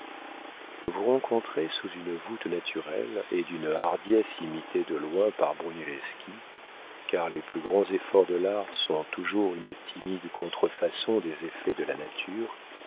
vous rencontrez sous une voûte naturelle et d'une hardiesse imitée de loin par brunelleschi car les plus grands efforts de l'art sont toujours une timide contrefaçon des effets de la nature